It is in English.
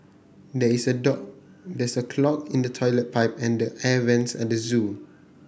there is a dog there is a clog in the toilet pipe and air vents at the zoo